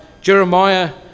Jeremiah